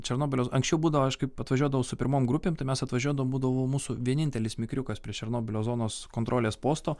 černobylio anksčiau būdavo aš kaip atvažiuodavau su pirmom grupėm tai mes atvažiuodavom būdavo mūsų vienintelis mikriukas prieš černobylio zonos kontrolės posto